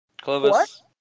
Clovis